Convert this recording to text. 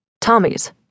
Tommy's